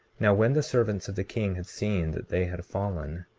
now, when the servants of the king had seen that they had fallen,